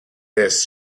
this